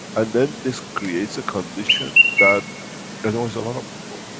and then this creates a condition that annoys a lot of people,